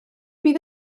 fydd